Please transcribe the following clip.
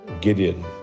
Gideon